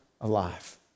alive